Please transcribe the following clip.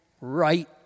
right